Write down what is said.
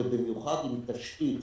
במיוחד עם תשתית.